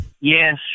Yes